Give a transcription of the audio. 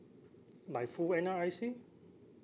my full N_R_I_C